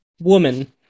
woman